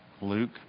Luke